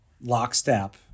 lockstep